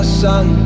sun